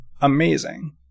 amazing